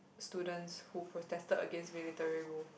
students who protested against military rule